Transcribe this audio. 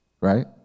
Right